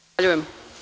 Zahvaljujem.